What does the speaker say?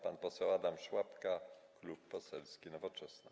Pan poseł Adam Szłapka, Klub Poselski Nowoczesna.